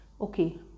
okay